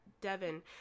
devon